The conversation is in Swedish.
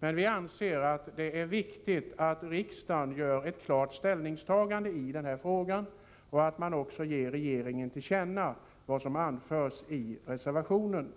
men vi anser att | det är viktigt att riksdagen gör ett klart ställningstagande i denna fråga och | ger regeringen till känna vad som anförs i reservationen.